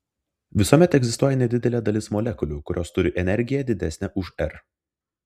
visuomet egzistuoja nedidelė dalis molekulių kurios turi energiją didesnę už r